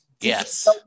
Yes